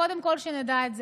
קודם כול שנדע את זה.